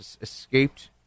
escaped